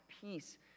peace